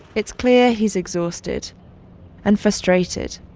it's clear he's exhausted and frustrated.